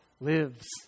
lives